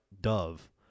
dove